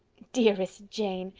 dearest jane!